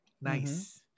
Nice